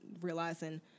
realizing